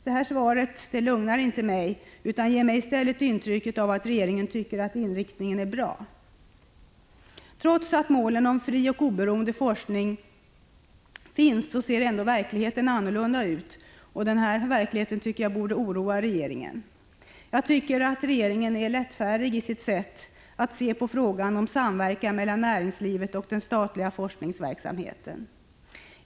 Detta svar lugnar inte mig, utan ger mig i stället intrycket att regeringen tycker att den nuvarande forskningsinriktningen är bra. Även om man har satt upp en fri och oberoende forskning som ett mål, ser verkligheten annorlunda ut, och denna verklighet tycker jag borde oroa regeringen. Jag tycker att regeringen är lättfärdig i sitt sätt att se på frågan om samverkan mellan näringslivet och den statliga forskningsverksamheten.